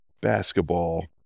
basketball